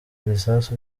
bisasu